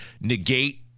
negate